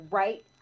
right